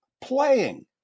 playing